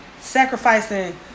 Sacrificing